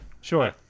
Sure